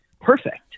perfect